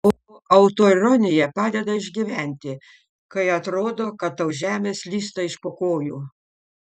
o autoironija padeda išgyventi kai atrodo kad tau žemė slysta iš po kojų